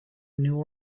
new